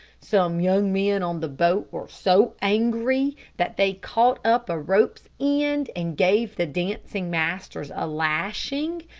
some young men on the boat were so angry that they caught up a rope's end, and gave the dancing masters a lashing,